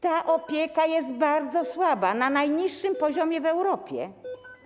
Ta opieka jest bardzo słaba, na najniższym poziomie w Europie.